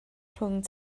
rhwng